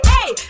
Hey